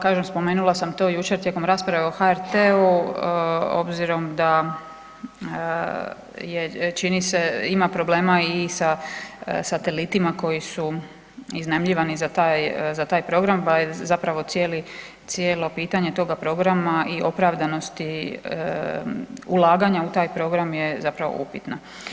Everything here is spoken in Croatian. Kažem spomenula sam to jučer tijekom rasprave o HRT-u obzirom da je čini se ima problema i sa satelitima koji su iznajmljivani za taj program, pa zapravo cijelo pitanje toga programa i opravdanosti ulaganja u taj program je zapravo upitna.